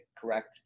Correct